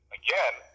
again